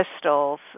crystals